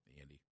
Andy